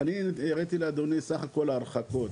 אני הראיתי לאדוני סך הכל הרחקות,